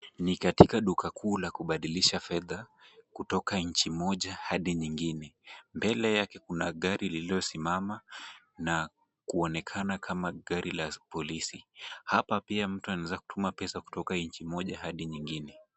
Ni katika duka kuu la kubadilisha fedha kutoka nchi moja hadi nyingine. Mbele yake kuna gari lililosimama na kuonekana kama gari la polisi. Hapa pia mtu anaweza kutuma pesa kutoka nchi moja hadi nyingine.